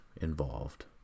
involved